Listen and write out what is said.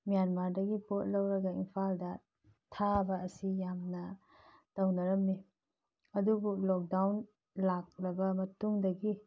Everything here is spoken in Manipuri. ꯃꯦꯟꯃꯥꯔꯗꯒꯤ ꯄꯣꯠ ꯂꯧꯔꯒ ꯏꯝꯐꯥꯜꯗ ꯊꯥꯕ ꯑꯁꯤ ꯌꯥꯝꯅ ꯇꯧꯅꯔꯝꯃꯤ ꯑꯗꯨꯕꯨ ꯂꯣꯛꯗꯥꯎꯟ ꯂꯥꯛꯈ꯭ꯔꯕ ꯃꯇꯨꯡꯗꯒꯤ